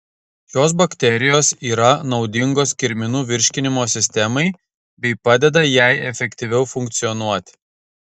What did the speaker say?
šios bakterijos yra naudingos kirminų virškinimo sistemai bei padeda jai efektyviau funkcionuoti